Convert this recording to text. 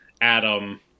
Adam